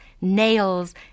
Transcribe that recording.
nails